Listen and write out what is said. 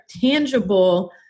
tangible